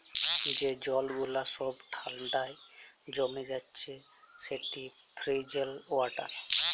যে জল গুলা ছব ঠাল্ডায় জমে যাচ্ছে সেট ফ্রজেল ওয়াটার